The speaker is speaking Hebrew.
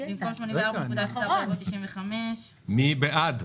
במקום 73.24 יבוא 80. מי בעד?